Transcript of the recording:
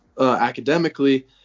academically